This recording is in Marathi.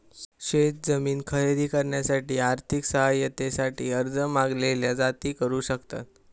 शेत जमीन खरेदी करण्यासाठी आर्थिक सहाय्यते साठी अर्ज मागासलेल्या जाती करू शकतात